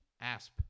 Asp